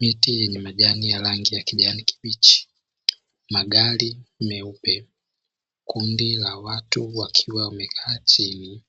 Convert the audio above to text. Miti yenye majani ya rangi ya kijani kibichi, magari meupe, kundi la watu wakiwa wamekaa chini